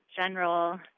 general